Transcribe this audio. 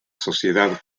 sociedad